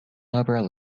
overall